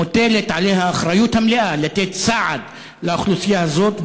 מוטלת עליה האחריות המלאה לתת סעד לאוכלוסייה הזאת,